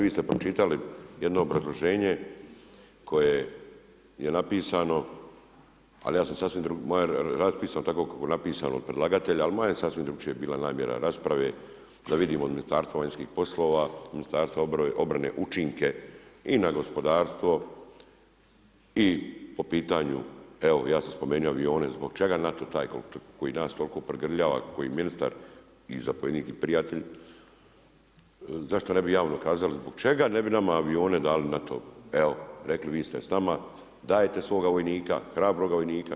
Vi ste pročitali jedno obrazloženje koje je napisano, ali ja sam sasvim raspisano tako kako je napisano od predlagatelja, ali moja je sasvim drugačija bila namjera rasprave da vidimo od Ministarstva vanjskih poslova, Ministarstva obrane učinke i na gospodarstvo i po pitanju evo ja sam spomenuo avione, zbog čega NATO taj koji danas toliko … koji ministar i zapovjednik i prijatelj, zašto ne bi javno kazali zbog čega ne bi nama avione dali NATO, evo rekli vi ste s nama dajte svoga vojnika, hrabroga vojnika.